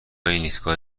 ایستگاه